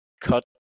cut